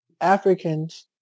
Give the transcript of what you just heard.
Africans